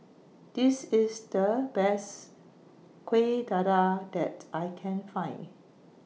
This IS The Best Kueh Dadar that I Can Find